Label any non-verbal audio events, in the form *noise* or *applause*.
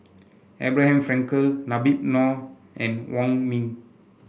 Abraham Frankel *unintelligible* Noh and Wong Ming